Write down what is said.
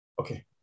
Okay